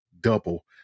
double